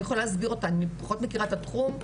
אני פחות מכירה את התחום,